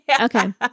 okay